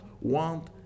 want